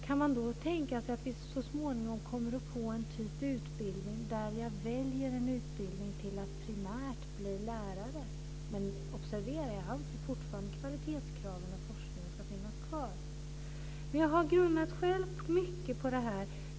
Kan man då tänka sig en utbildning där man väljer att utbilda sig primärt till lärare? Observera att jag fortfarande anser att kvalitetskraven och forskningen ska finnas kvar. Jag har själv grunnat mycket på detta.